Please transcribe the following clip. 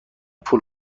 پول